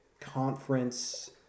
conference